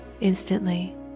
Instantly